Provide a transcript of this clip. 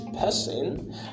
person